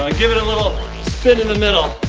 um give it a little spin in the middle.